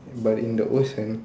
but in the ocean